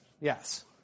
yes